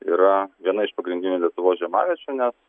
yra viena iš pagrindinių lietuvos žiemaviečių nes